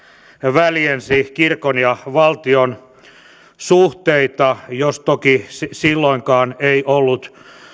väljensi kirkon ja valtion suhteita jos toki silloinkaan ei ollut